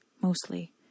mostly